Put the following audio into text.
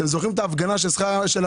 אתם זוכרים את ההפגנה של המטפלות?